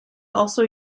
also